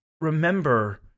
remember